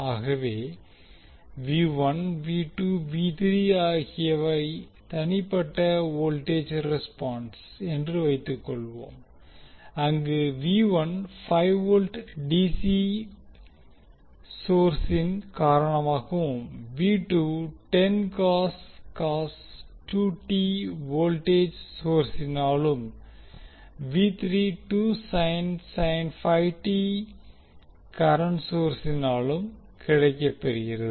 ஆகவே ஆகியவை தனிப்பட்ட வோல்டேஜ் ரெஸ்பான்ஸ் என்று வைத்துக்கொள்வோம் அங்கு 5V டிசி சோர்ஸின் காரணமாகவும் வோல்டேஜ் சோர்சினாலும் கரண்ட் சோர்சினாலும் கிடைக்கப்பெறுகிறது